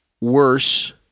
worse